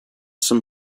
some